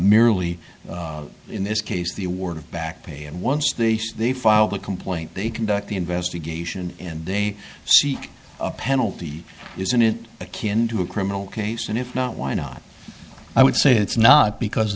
merely in this case the award of backpay and once they file the complaint they conduct the investigation and they seek a penalty isn't it a kin to a criminal case and if not why not i would say it's not because